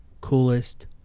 coolest